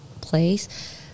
place